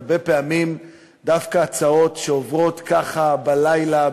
הרבה פעמים דווקא הצעות שעוברות ככה בלילה,